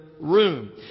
room